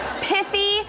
pithy